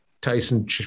Tyson